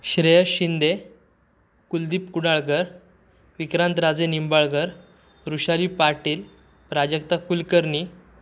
Shreyas Shinde Kuldeep Kudalkar Vikrant Raje Nimbalkar Rushali Patil Prajakta Kulkarni